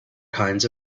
kinds